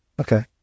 okay